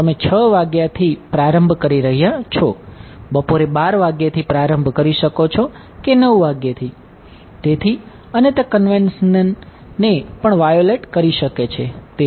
તમે 6 વાગ્યાથી થી પ્રારંભ કરી રહ્યાં છો બપોરે 12 વાગ્યેથી પ્રારંભ કરી રહ્યા છો કે 9 વાગ્યે થી